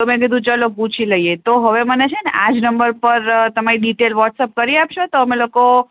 તો મેં કીધું ચાલો પૂછી લઈએ તો હવે મને છે ને આ જ નંબર પર તમારી ડીટેલ વ્હોટસપ કરી આપશો તો અમે લોકો